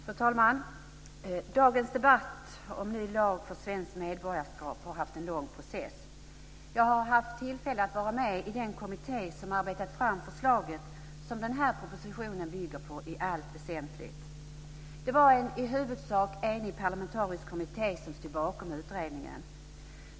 Fru talman! Dagens debatt om ny lag för svenskt medborgarskap har föregåtts av en lång process. Jag har haft tillfälle att vara med i den kommitté som arbetat fram förslaget som den här propositionen i allt väsentligt bygger på. Det var en i huvudsak enig parlamentarisk kommitté som stod bakom utredningen.